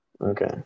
Okay